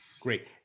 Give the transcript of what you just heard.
Great